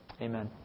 Amen